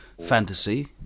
fantasy